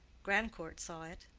grandcourt saw it,